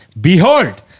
Behold